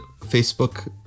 Facebook